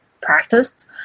practiced